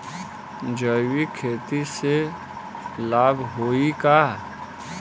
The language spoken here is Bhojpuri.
जैविक खेती से लाभ होई का?